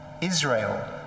Israel